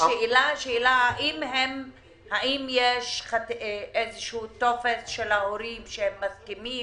האם יש איזה שהוא טופס של ההורים שהם מסכימים